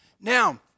Now